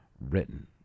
written